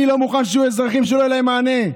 אני לא מוכן שיהיו אזרחים שלא יהיה להם מענה.